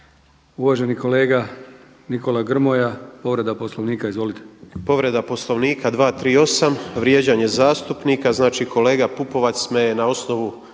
**Grmoja, Nikola (MOST)** Povreda Poslovnika 238. vrijeđanje zastupnika, znači kolega Pupovac me je na osnovu